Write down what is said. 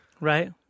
Right